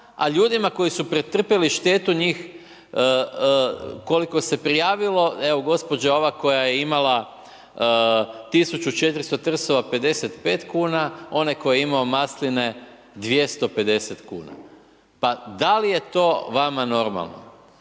a ljudima koji su pretrpjeli štetu njih koliko se prijavilo, evo gospođa ova koja je imala 1400 trsova 55 kuna, onaj koji je imao masline 250 kuna. Pa da li je to vama normalno?